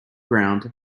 ground